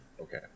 Okay